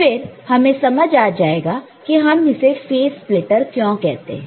और फिर हमें समझ आ जाएगा कि हम इसे फेज़ स्प्लिटर क्यों कहते हैं